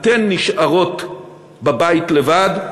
אתן נשארות בבית לבד,